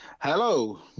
Hello